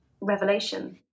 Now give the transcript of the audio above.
revelation